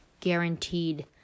guaranteed